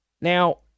Now